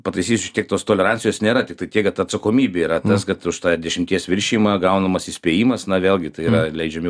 pataisysiu tiek tos tolerancijos nėra tiktai tiek kad atsakomybė tas kad už tą dešimties viršijimą gaunamas įspėjimas na vėlgi tai yra leidžiami